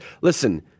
listen